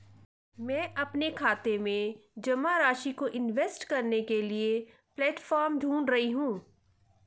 मैं मेरे खाते में जमा राशि को इन्वेस्ट करने के लिए प्लेटफॉर्म ढूंढ रही हूँ